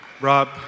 Rob